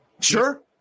Sure